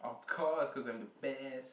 of course cause I'm the best